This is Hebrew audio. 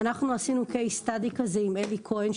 אנחנו עשינו "case study" כזה עם אלי כהן,